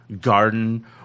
garden